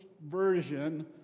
version